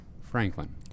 Franklin